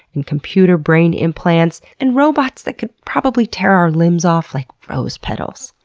and computer brain implants, and robots that could probably tear our limbs off like rose petals.